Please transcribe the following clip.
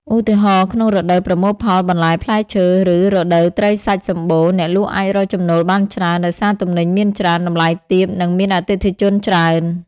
ឧទាហរណ៍ ក្នុងរដូវប្រមូលផលបន្លែផ្លែឈើ ឬរដូវត្រីសាច់សំបូរ អ្នកលក់អាចរកចំណូលបានច្រើនដោយសារទំនិញមានច្រើន តម្លៃទាប និងមានអតិថិជនច្រើន។